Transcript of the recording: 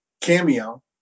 Cameo